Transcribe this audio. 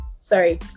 sorry